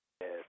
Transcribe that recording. Yes